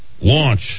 Launch